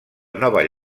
nova